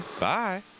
bye